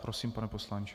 Prosím, pane poslanče.